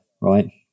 right